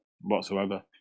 whatsoever